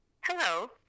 hello